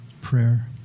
prayer